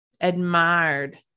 admired